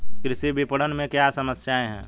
कृषि विपणन में क्या समस्याएँ हैं?